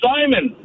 Simon